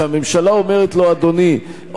שהממשלה אומרת לו: אדוני,